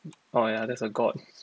oh yeah that's a god